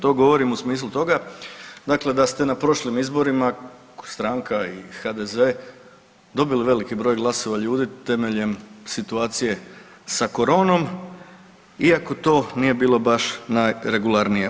To govorim u smislu toga, dakle da ste na prošlim izborima kao stranka i HDZ dobili veliki broj glasova ljudi temeljem situacije sa koronom iako to nije bilo baš najregularnije.